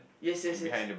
yes yes yes